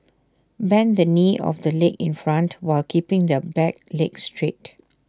bend the knee of the leg in front while keeping the back leg straight